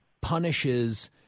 punishes